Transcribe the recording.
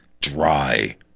dry